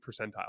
percentile